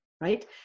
right